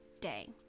day